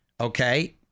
Okay